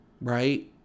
Right